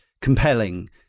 compelling